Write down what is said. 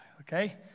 Okay